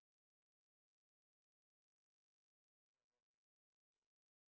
what does ki~ kia about means kia about means afraid